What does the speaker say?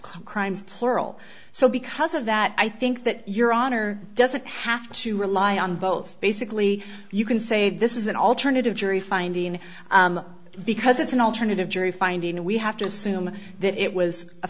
crimes plural so because of that i think that your honor doesn't have to rely on both basically you can say this is an alternative jury finding because it's an alternative jury finding we have to assume that it was